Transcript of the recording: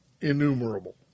innumerable